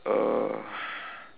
uh